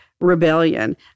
rebellion